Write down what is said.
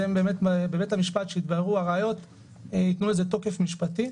בבית המשפט כשיתבררו הראיות ייתנו לזה תוקף משפטי.